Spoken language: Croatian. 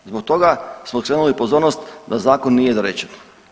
Zbog toga smo skrenuli pozornost da zakon nije dorečen.